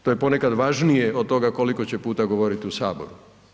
To je ponekad važnije od toga koliko će puta govoriti u Saboru.